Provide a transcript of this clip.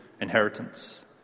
inheritance